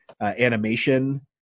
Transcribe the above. animation